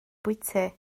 bwyty